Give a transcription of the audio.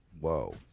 Whoa